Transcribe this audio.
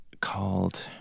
called